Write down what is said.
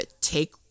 take